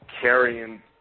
carrying